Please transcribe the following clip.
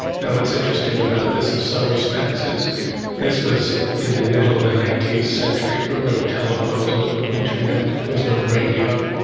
what's interesting about this in some respects is this was in the middle of the nineteenth century, there were no telephones, there was no internet, there was no radio.